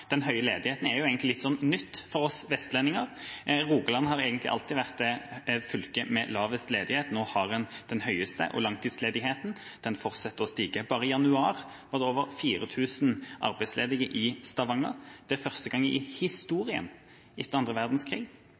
Den høye ledigheten er egentlig litt nytt for oss vestlendinger. Rogaland har alltid vært fylket med lavest ledighet, nå har man den høyeste, og langtidsledigheten fortsetter å stige. Bare i januar var det over 4 000 arbeidsledige i Stavanger. Det er første gang i historien etter